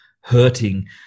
hurting